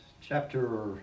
chapter